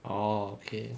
oh okay